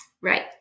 Right